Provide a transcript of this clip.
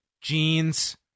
jeans